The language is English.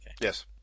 yes